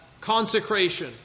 consecration